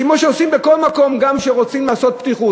כמו שעושים בכל מקום גם כשרוצים פתיחוּת.